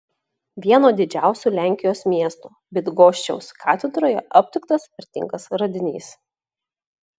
vieno didžiausių lenkijos miestų bydgoščiaus katedroje aptiktas vertingas radinys